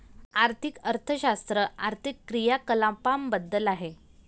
आर्थिक अर्थशास्त्र आर्थिक क्रियाकलापांबद्दल आहे